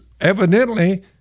evidently